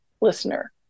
listener